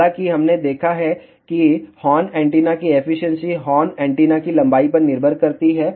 हालाँकि हमने देखा है कि हॉर्न एंटीना की एफिशिएंसी हॉर्न एंटीना की लंबाई पर निर्भर करती है